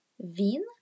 VIN